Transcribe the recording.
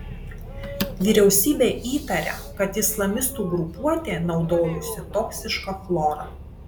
vyriausybė įtaria kad islamistų grupuotė naudojusi toksišką chlorą